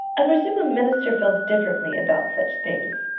i presume a minister feels differently about such things,